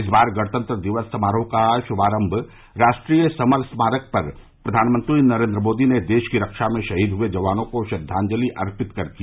इस बार गणतंत्र दिवस समारोह का श्भारंभ राष्ट्रीय समर स्मारक पर प्रधानमंत्री नरेन्द्र मोदी ने देश की रक्षा में शहीद हए जवानों को श्रद्वांजलि अर्पित कर किया